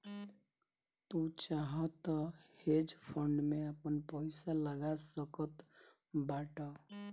तू चाहअ तअ हेज फंड में आपन पईसा लगा सकत बाटअ